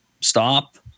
stop